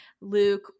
Luke